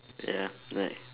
ya like